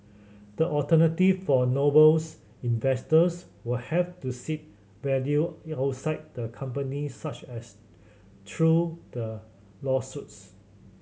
the alternative for Noble's investors will have to seek value outside the company such as through the lawsuits